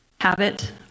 habit